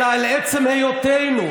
אלא על עצם היותנו.